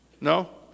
no